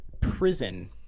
prison